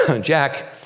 Jack